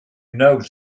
knows